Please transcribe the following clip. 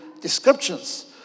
descriptions